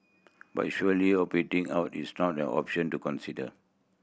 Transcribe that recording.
but surely opting out is not an option to consider